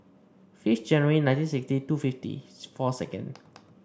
fifth January nineteen sixty two fifty four seconds